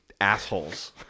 assholes